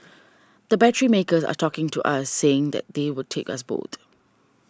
the battery makers are talking to us saying that they would take us both